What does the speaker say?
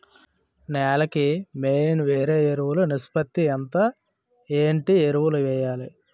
నేల కి మెయిన్ వేసే ఎరువులు నిష్పత్తి ఎంత? ఏంటి ఎరువుల వేయాలి?